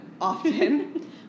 often